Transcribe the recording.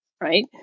right